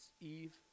Eve